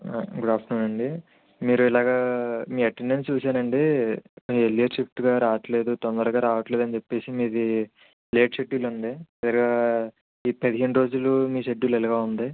good afternoon అండి మీరు ఇలాగా మీ అటెండెన్స్ చూశానండి ఎర్లీ షిఫ్ట్గా రావట్లేదు తొందరగా రావట్లేదు అని చెప్పేసి మీది లేట్ షెడ్యూల్ ఉంది మీరు ఈ పదిహేను రోజులు మీ షెడ్యూల్ ఇలాగే ఉంది